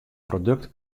produkt